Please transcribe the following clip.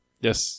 Yes